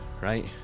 right